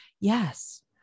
Yes